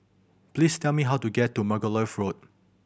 please tell me how to get to Margoliouth Road